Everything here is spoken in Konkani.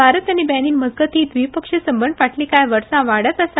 भारत आनी बेनीन मजगती व्दिपक्षीय संबंद फाटली कांय वर्सा वाढत आसा